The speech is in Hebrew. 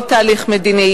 לא תהליך מדיני,